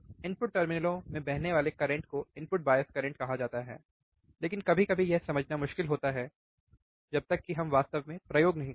input टर्मिनलों में बहने वाले करंट को इनपुट बायस करंट कहा जाता है लेकिन कभी कभी यह समझना मुश्किल होता है जब तक कि हम वास्तव में प्रयोग नहीं करते